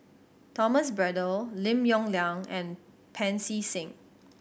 Thomas Braddell Lim Yong Liang and Pancy Seng